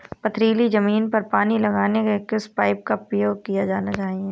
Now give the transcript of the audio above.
पथरीली ज़मीन पर पानी लगाने के किस पाइप का प्रयोग किया जाना चाहिए?